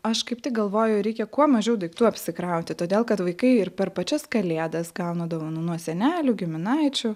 aš kaip tik galvoju reikia kuo mažiau daiktų apsikrauti todėl kad vaikai ir per pačias kalėdas gauna dovanų nuo senelių giminaičių